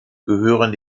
gehören